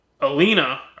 Alina